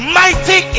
mighty